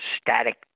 static